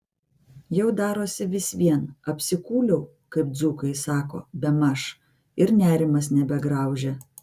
jau darosi vis vien apsikūliau kaip dzūkai sako bemaž ir nerimas nebegraužia